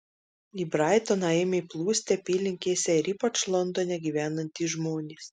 į braitoną ėmė plūsti apylinkėse ir ypač londone gyvenantys žmonės